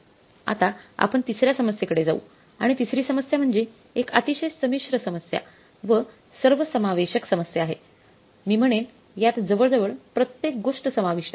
आता आपण तिसर्या समस्येकडे जाऊ आणि तिसरी समस्या म्हणजे एक अतिशय संमिश्र समस्या व सर्वसमावेशक समस्या आहे मी म्हणेन यात जवळजवळ प्रत्येक गोष्ट समाविष्ट आहे